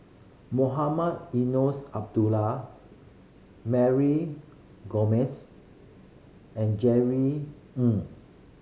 Mohamed Eunos Abdullah Mary Gomes and Jerry Ng